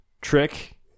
trick